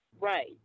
Right